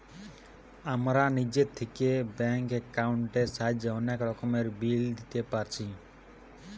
আমরা নিজে থিকে ব্যাঙ্ক একাউন্টের সাহায্যে অনেক রকমের বিল দিতে পারছি